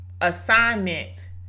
assignment